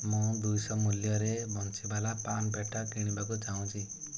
ମୁଁ ଦୁଇଶହ ମୂଲ୍ୟର ବଂଶୀୱାଲା ପାନ୍ ପେଠା କିଣିବାକୁ ଚାହୁଁଛି